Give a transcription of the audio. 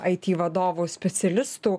aiti vadovų specialistų